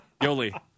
Yoli